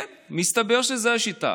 כן, מסתבר שזו השיטה.